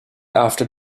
after